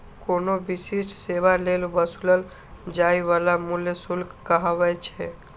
कोनो विशिष्ट सेवा लेल वसूलल जाइ बला मूल्य शुल्क कहाबै छै